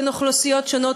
בין אוכלוסיות שונות,